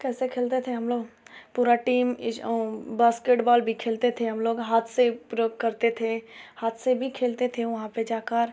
कैसे खेलते थे हम लोग पूरा टीम बास्केटबॉल भी खेलते थे हम लोग हाथ से पूरा करते थे हाथ से भी खेलते थे वहाँ पर जाकर